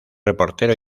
reportero